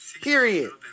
Period